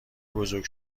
بزرگ